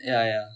ya ya